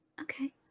Okay